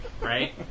right